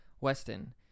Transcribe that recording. weston